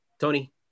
Tony